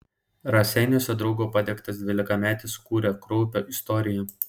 raseiniuose draugo padegtas dvylikametis sukūrė kraupią istoriją